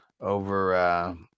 over –